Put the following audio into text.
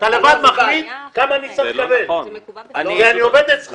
שר העבודה, הרווחה והשירותים החברתיים חיים כץ: